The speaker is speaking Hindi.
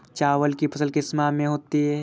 चावल की फसल किस माह में होती है?